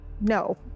No